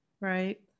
right